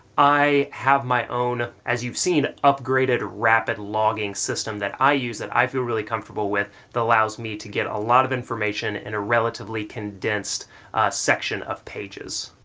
i have my own, as you've seen, upgraded rapid logging system that i use, that i feel really comfortable with, that allows me to get a lot of information in a relatively condensed section of pages.